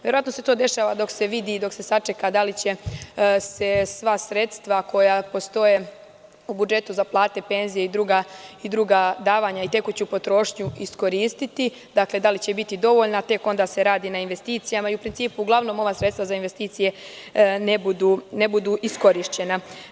Verovatno se to dešava dok se vidi i dok se sačeka da li će se sva sredstva koja postoje u budžetu za plate i penzije, i druga davanja i tekuću potrošnju, iskoristiti i da li će biti dovoljna, a tek se onda radi na investicajama i u principu ova sredstva za investicije, ne budu iskorišćena.